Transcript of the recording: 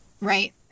Right